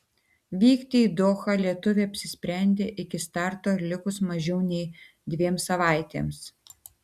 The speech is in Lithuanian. vykti į dohą lietuvė apsisprendė iki starto likus mažiau nei dviem savaitėms